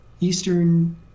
Eastern